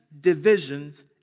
divisions